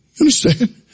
understand